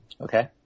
Okay